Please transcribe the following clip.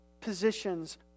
positions